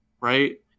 right